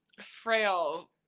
frail